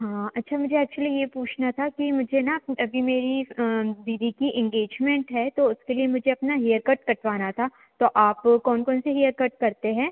हाँ अच्छा मुझे ऐक्चुली यह पूछना था कि मुझे ना अभी मेरी दीदी की इंगेजमेंट है तो उसके लिए मुझे अपना हेयर कट कटवाना था तो आप कौन कौन सी हेयर कट करते हैं